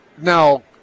now